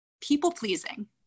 people-pleasing